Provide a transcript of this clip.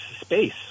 space